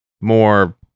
more